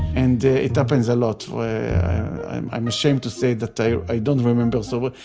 and it happens a lot, i'm i'm ashamed to say that i i don't remember so well.